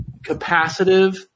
capacitive